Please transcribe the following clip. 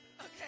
Okay